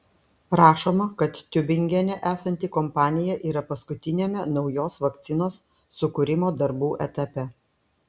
rašoma kad tiubingene esanti kompanija yra paskutiniame naujos vakcinos sukūrimo darbų etape